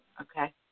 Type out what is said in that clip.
Okay